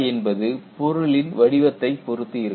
என்பது பொருளின் வடிவத்தைப் பொறுத்து இருக்கும்